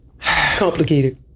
complicated